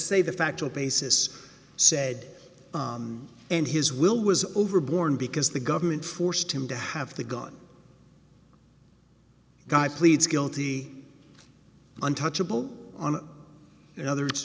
say the factual basis said and his will was over born because the government forced him to have the gun guy pleads guilty untouchable on the other